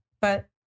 But-